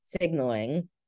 signaling